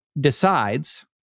decides